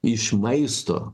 iš maisto